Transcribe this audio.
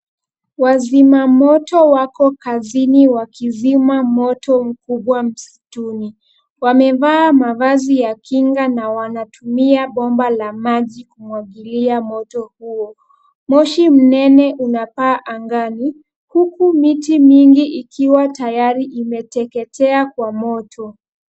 Wazimamoto wako kazini wakizima moto mkubwa msituni. Wamevaa mavazi ya kinga na wanatumia bomba la maji kumwagilia moto huo. Moshi mnene unapaa angani, huku miti mingi ikiwa tayari imeteketea kwa moto.